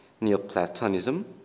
Neoplatonism